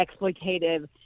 exploitative